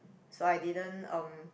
so I didn't um